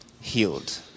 healed